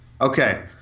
Okay